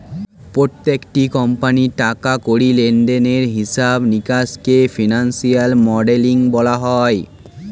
প্রত্যেকটি কোম্পানির টাকা কড়ি লেনদেনের হিসাব নিকাশকে ফিনান্সিয়াল মডেলিং বলা হয়